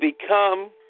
become